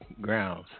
grounds